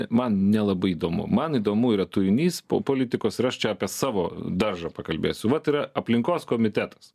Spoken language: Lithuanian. man nelabai įdomu man įdomu yra turinys po politikos ir aš čia apie savo daržą pakalbėsiu vat yra aplinkos komitetas